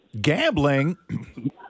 Gambling